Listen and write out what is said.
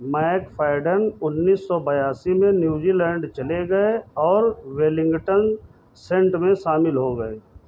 McFadden उन्नीस सौ बयासी में न्यूजीलैण्ड चले गए और वेलिंगटन सेंट में शामिल हो गए